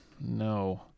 No